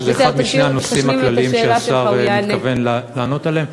שזה אחד משני הנושאים הכלליים שהשר מתכוון לענות עליהם.